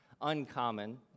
uncommon